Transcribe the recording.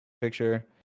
picture